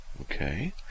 Okay